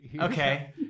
Okay